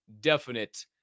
definite